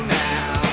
now